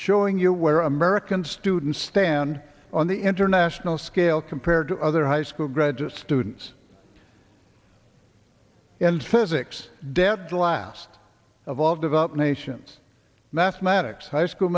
showing you where american students stand on the international scale compared to other high school graduate students in physics dead last of all developed nations mathematics high school